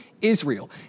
Israel